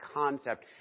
concept